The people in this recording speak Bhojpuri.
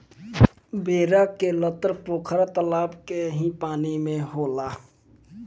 बेरा के लतर पोखरा तलाब के ही पानी में होला